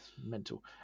Mental